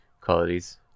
qualities